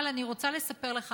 אבל אני רוצה לספר לך,